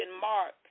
mark